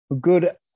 Good